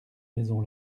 maison